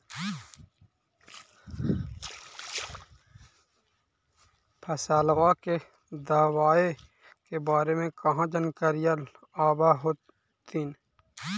फसलबा के दबायें के बारे मे कहा जानकारीया आब होतीन?